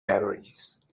beverages